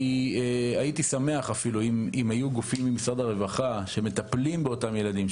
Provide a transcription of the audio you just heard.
הייתי שמח אפילו אם היו גופים ממשרד הרווחה שמטפלים באותם ילדים,